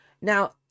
Now